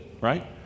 right